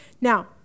Now